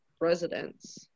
residents